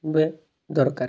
ବା ଦରକାର